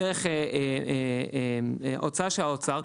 דרך הוצאה של האוצר,